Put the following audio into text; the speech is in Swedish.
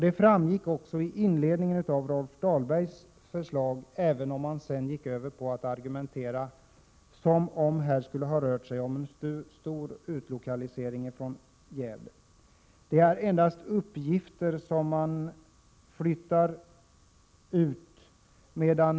Det framgick också av inledningen till Rolf Dahlbergs anförande, även om han sedan gick över till att argumentera som om det här skulle ha rört sig om en stor utlokalisering från Gävle. Det är endast uppgifter som man flyttar ut.